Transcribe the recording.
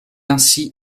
ainsi